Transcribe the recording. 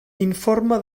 informa